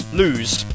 lose